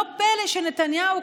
לא פלא שנתניהו,